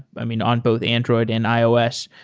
i mean, on both android and ios.